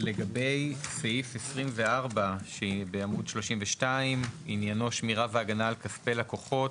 לגבי סעיף 24 שעניינו "שמירה והגנה על כספי לקוחות"